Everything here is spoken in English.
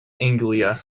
anglia